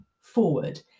forward